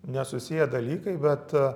nesusiję dalykai bet